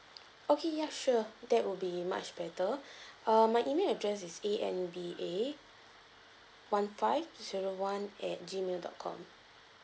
okay ya sure that will be much better err my email address is A N B A one five zero one at G mail dot com